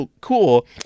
cool